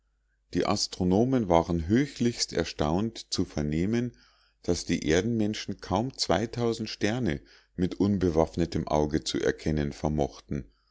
die astronomen waren höchlichst erstaunt zu vernehmen daß die erdenmenschen kaum sterne mit unbewaffnetem auge zu erkennen vermochten